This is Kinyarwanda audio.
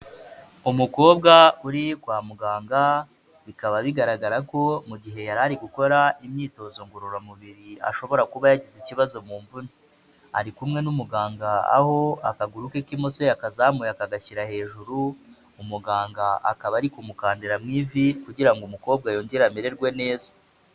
Umukobwa uri kwa muganga, bikaba bigaragara ko mu gihe yari ari gukora imyitozo ngororamubiri, ashobora kuba yagize ikibazo mu mvune. Ari kumwe n'umuganga aho akaguru ke k'imoso yakazamuye akagashyira hejuru, umuganga akaba ari kumukanira mu ivi kugira ngo umukobwa yongere amererwe neza.